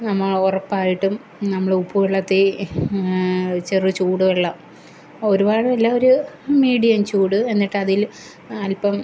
നമ്മളുറപ്പായിട്ടും നമ്മൾ ഉപ്പുവെള്ളത്തിൽ ചെറു ചൂടുവെള്ളം ഒരുപാടില്ല ഒരു മീഡിയം ചൂട് എന്നിട്ടതിൽ അൽപ്പം